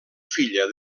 filla